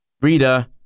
Reader